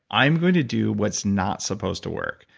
i'm going to do what's not supposed to work.